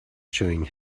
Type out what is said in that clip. chewing